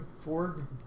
Ford